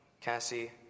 Cassie